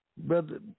Brother